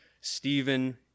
Stephen